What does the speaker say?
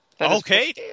Okay